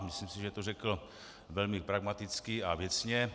Myslím, že to řekl velmi pragmaticky a věcně.